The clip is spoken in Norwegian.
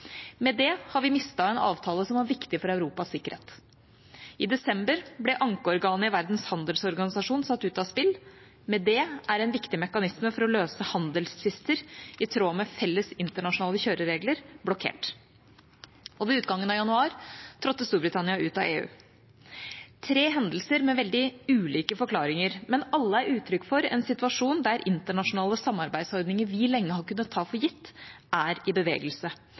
Med det har vi mistet en avtale som var viktig for Europas sikkerhet. I desember ble ankeorganet i Verdens handelsorganisasjon satt ut av spill. Med det er en viktig mekanisme for å løse handelstvister i tråd med felles internasjonale kjøreregler blokkert. Og ved utgangen av januar trådte Storbritannia ut av EU. Dette er tre hendelser med veldig ulike forklaringer, men alle er uttrykk for en situasjon der internasjonale samarbeidsordninger vi lenge har kunnet ta for gitt, er i bevegelse.